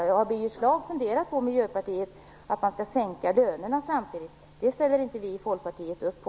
Har Birger Schlaug och Miljöpartiet funderat över att man ju samtidigt sänker lönerna? Det ställer inte vi i Folkpartiet upp på.